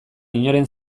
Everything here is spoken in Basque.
inoren